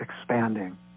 expanding